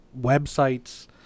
websites